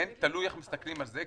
כן, תלוי איך מסתכלים על זה.